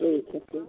ठीक है ठीक